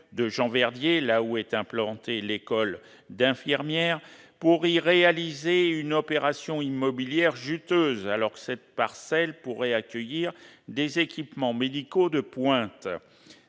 Jean-Verdier, où est implantée l'école d'infirmières, pour y réaliser une opération immobilière « juteuse », alors que cette parcelle pourrait accueillir des équipements médicaux de pointe.